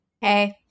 Hey